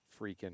freaking